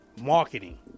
Marketing